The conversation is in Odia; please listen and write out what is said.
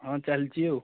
ହଁ ଚାଲିଛି ଆଉ